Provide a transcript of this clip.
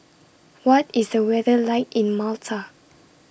What IS The weather like in Malta